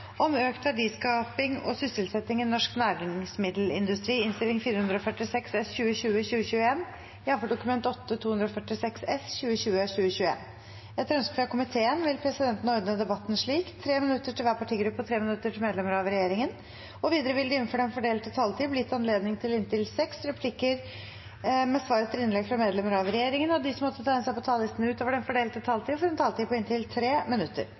slik: 3 minutter til hver partigruppe og 3minutter til medlemmer av regjeringen. Videre vil det – innenfor den fordelte taletid – bli gitt anledning til inntil seks replikker med svar etter innlegg fra medlemmer av regjeringen, og de som måtte tegne seg på talerlisten utover den fordelte taletid, får også en taletid på inntil 3 minutter.